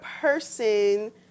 person